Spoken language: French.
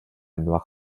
noir